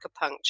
acupuncture